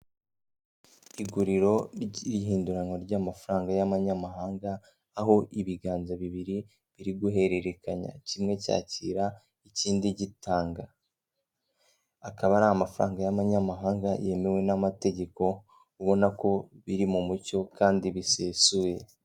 Iguriro ry'ihinduranwa ry'amafaranga y'amanyamahanga, aho ibiganza bibiri biri guhererekanya, kimwe cyakira ikindi gitanga, akaba ari amafaranga y'amanyamahanga yemewe n'amategeko ubona ko biri mu mucyo kandi bisesuye.